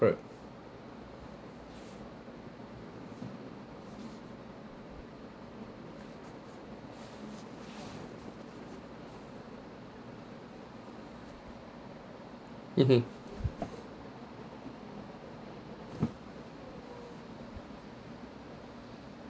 mmhmm